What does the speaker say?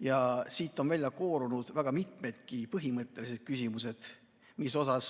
Ja siit on välja koorunud väga mitmedki põhimõttelised küsimused, mis ma